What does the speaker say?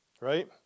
right